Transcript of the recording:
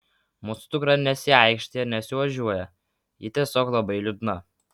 mūsų dukra nesiaikštija ir nesiožiuoja ji tiesiog labai liūdna